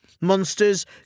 Monsters